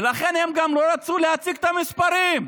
ולכן הם גם לא רצו להציג את המספרים.